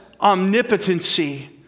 omnipotency